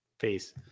Peace